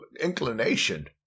inclination